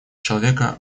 человека